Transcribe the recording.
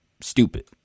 stupid